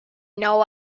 know